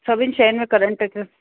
सभिनि शइ में करेंट अचे